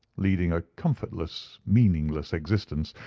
leading a comfortless, meaningless existence,